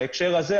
בהקשר הזה,